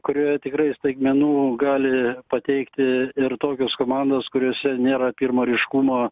kurioje tikrai staigmenų gali pateikti ir tokios komandos kuriose nėra pirmo ryškumo